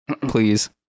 please